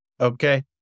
Okay